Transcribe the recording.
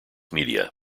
media